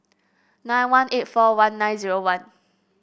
nine one eight four one nine zero one